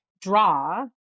draw